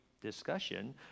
discussion